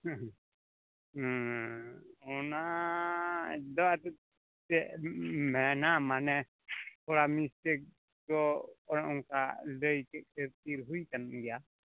ᱦᱮᱸ ᱦᱮᱸ ᱚᱱᱟ ᱫᱚ ᱢᱮᱱᱟ ᱢᱟᱱᱮ ᱛᱷᱟᱲᱟ ᱢᱤᱥᱴᱮᱠ ᱫᱚ ᱚᱱᱮ ᱚᱱᱠᱟ ᱞᱟᱹᱭ ᱦᱩᱭ ᱦᱩᱭᱟᱠᱟᱱ ᱜᱮᱭᱟ